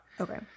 Okay